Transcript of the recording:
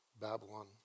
Babylon